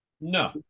No